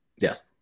Yes